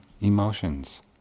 emotions